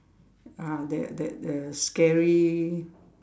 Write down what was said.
ah that that uh scary